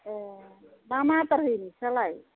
ए मा मा आदार होयो नोंसोरहालाय